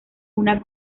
una